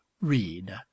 read